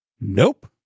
Nope